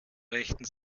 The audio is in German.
rechten